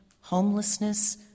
homelessness